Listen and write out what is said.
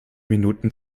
minuten